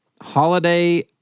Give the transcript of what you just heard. holiday